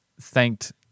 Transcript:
thanked